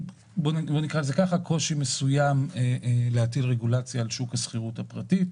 יש קושי מסוים בהטלת רגולציה על שוק השכירות הפרטית.